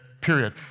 period